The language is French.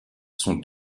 sont